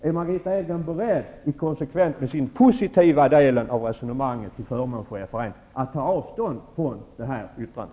Är Margitta Edgren beredd att, i konsekvens med den positiva delen i sitt resonemang till förmån för FRN, ta avstånd från detta yttrande?